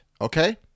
okay